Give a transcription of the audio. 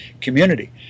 community